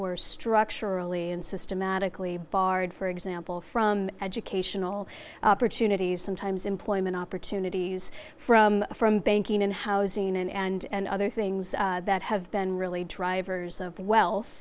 were structurally and systematically barred for example from educational opportunities sometimes employment opportunities from from banking and housing and other things that have been really drivers of